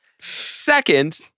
Second